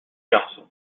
garçons